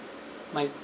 my